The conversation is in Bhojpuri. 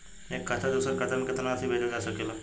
एक खाता से दूसर खाता में केतना राशि भेजल जा सके ला?